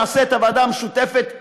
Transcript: נעשה את הוועדה המשותפת,